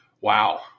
wow